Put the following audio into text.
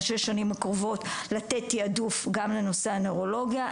לשש השנים הקרובות לתת תיעדוף גם לנושא הנוירולוגיה.